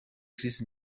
chris